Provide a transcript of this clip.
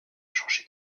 changé